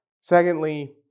Secondly